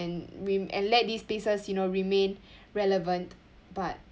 and rem~ and let these places you know remain relevant but